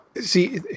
see